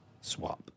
swap